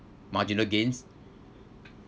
marginal gains